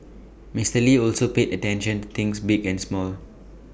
Mister lee also paid attention to things big and small